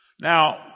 Now